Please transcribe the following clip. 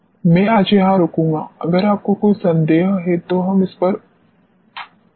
मैं आज यहां रुकूंगा अगर आपको कोई संदेह है तो हम समय का उपयोग कर सकते हैं हां कृपया